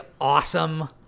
awesome